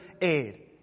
aid